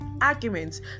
arguments